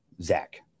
Zach